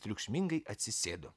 triukšmingai atsisėdo